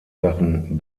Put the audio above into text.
sachen